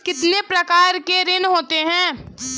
कितने प्रकार के ऋण होते हैं?